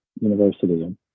University